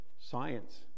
science